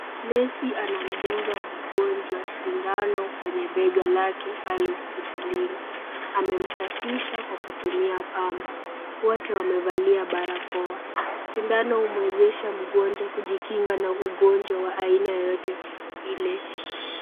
Nesi anamdunga mgonjwa sindano kwenye bega lake pale hospitalini. Amemsafisha kwa kutumia pamba, wote wamevalia barakoa. Sindano humwezesha mgonjwa kujikinga na ugonjwa wa aina yoyote ile.